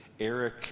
Eric